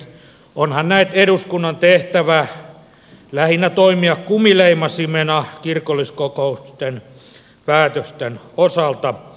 onhan näet eduskunnan tehtävä lähinnä toimia kumileimasimena kirkolliskokousten päätösten osalta